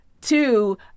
Two